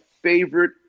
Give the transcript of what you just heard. favorite